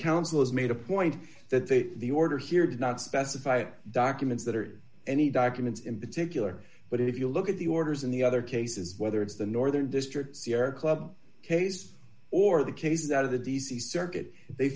has made a point that they the order here did not specify documents that or any documents in particular but if you look at the orders in the other cases whether it's the northern district sierra club case or the cases out of the d c circuit they